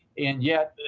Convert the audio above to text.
and yet,